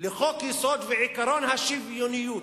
לחוק-יסוד ולעקרון השוויוניות.